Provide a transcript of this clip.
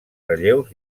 relleus